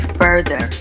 further